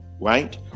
right